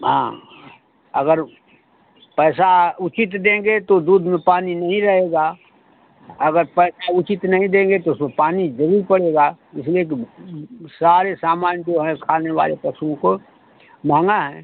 हाँ अगर पैसा उचित देंगे तो दूध में पानी नहीं रहेगा अगर पैसा उचित नहीं देंगे तो उसमें पानी ज़रूर पड़ेगा इसलिए तो सारे सामान जो हैं खाने वाले पशुओं को महँगा है